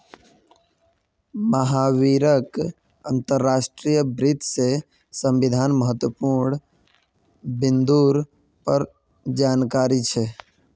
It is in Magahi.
महावीरक अंतर्राष्ट्रीय वित्त से संबंधित महत्वपूर्ण बिन्दुर पर जानकारी छे